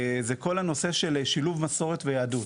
זה כל הנושא של שילוב מסורת ויהדות.